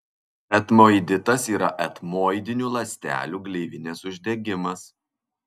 etmoiditas yra etmoidinių ląstelių gleivinės uždegimas